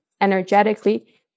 energetically